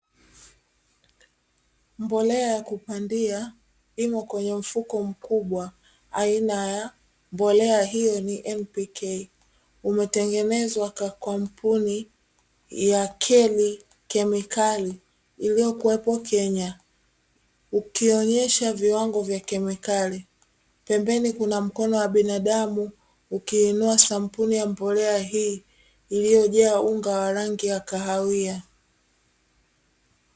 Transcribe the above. Mbolea ya kupandia imo kwenye mfuko mkubwa. Aina ya mbolea hiyo ni "NPK", imetengenezwa kwa kampuni ya "KEL" kemikali iliyokuwepo Kenya, ikionyesha viwango vya kemikali. Pembeni kuna mkono wa binadamu ukiinua sampuli ya mbolea hii iliyojaa unga wa rangi ya kahawia.